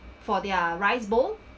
for their rice bowl